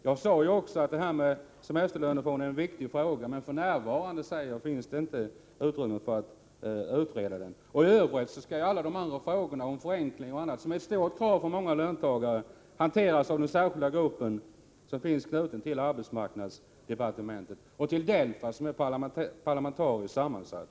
Jag sade också att frågan om en semesterlönefond är viktig men att det f. n. inte finns utrymme för att utreda saken. F. ö. skall ju alla dessa frågor om förenklingar av alla slag— något som är ett starkt krav från många löntagare — hanteras av den särskilda arbetsgrupp som finns knuten till arbetsmarknadsdepartementet och av DELFA, som är parlamentariskt sammansatt.